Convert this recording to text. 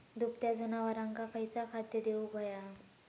दुभत्या जनावरांका खयचा खाद्य देऊक व्हया?